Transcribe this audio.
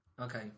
Okay